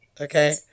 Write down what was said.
Okay